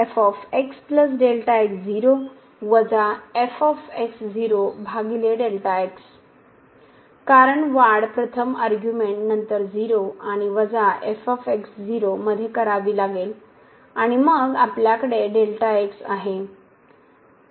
तर कारण वाढ प्रथम आर्ग्यूमेंट नंतर 0 आणि वजा मध्ये करावी लागेल आणि मग आपल्याकडे आहे